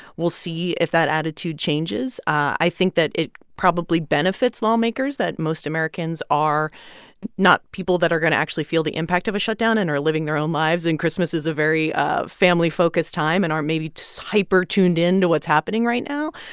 we'll see if that attitude changes. i think that it probably benefits lawmakers that most americans are not people that are going to actually feel the impact of a shutdown and are living their own lives and christmas is a very ah family-focused time and are maybe just hyper tuned in to what's happening right now.